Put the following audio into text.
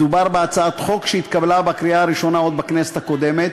מדובר בהצעת חוק שהתקבלה בקריאה הראשונה עוד בכנסת הקודמת,